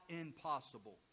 impossible